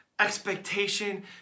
expectation